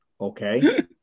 Okay